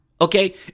okay